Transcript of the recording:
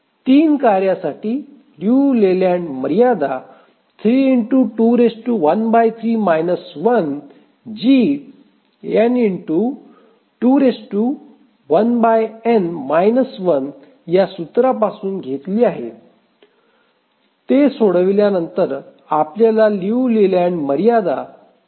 ३ कार्यांसाठी लिऊ लेलँड मर्यादा जी या सूत्रापासून घेतली आहे ते सोडविल्यानंतर आपल्याला लियू लेलँड मर्यादा 0